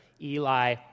Eli